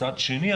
מצד שני,